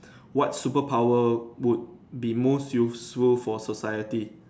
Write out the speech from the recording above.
what superpower would be most useful for society